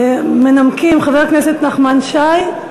(הוראת שעה) (תיקון מס' 5). מנמקים: חבר הכנסת נחמן שי,